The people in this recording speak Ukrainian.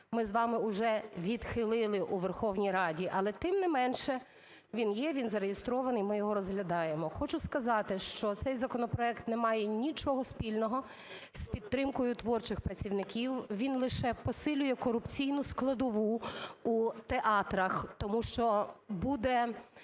ми з вами уже відхилили у Верховній Раді. Але тим не менше, він є, він зареєстрований, ми його розглядаємо. Хочу сказати, що цей законопроект не має нічого спільного з підтримкою творчих працівників. Він лише посилює корупційну складову у театрах, тому що буде